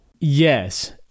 Yes